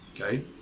okay